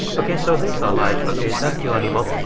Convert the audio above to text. ok, so these are lives, ok. thank you, animo.